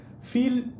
feel